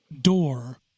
door